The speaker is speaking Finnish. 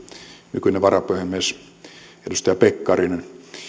nykyinen varapuhemies edustaja pekkarinen